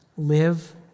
live